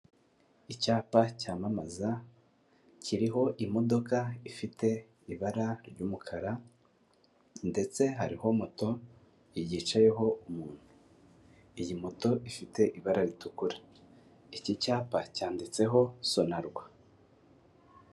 Icyapa cyamamaza kiriho imodoka ifite ibara ry'umukara ndetse hariho moto yicayeho umuntu. Iyi moto ifite ibara ritukura. Iki cyapa cyanditseho sonarwa.